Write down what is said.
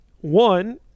One